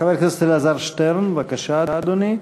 חבר הכנסת אלעזר שטרן, בבקשה, אדוני.